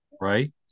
right